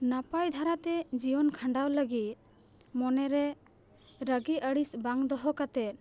ᱱᱟᱯᱟᱭ ᱫᱷᱟᱨᱟ ᱛᱮ ᱡᱤᱭᱚᱱ ᱠᱷᱟᱸᱰᱟᱣ ᱞᱟᱹᱜᱤᱫ ᱢᱚᱱᱮ ᱨᱮ ᱨᱟᱹᱜᱤ ᱟᱹᱲᱤᱥ ᱵᱟᱝ ᱫᱚᱦᱚ ᱠᱟᱛᱮᱫ